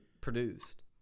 produced